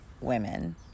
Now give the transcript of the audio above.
women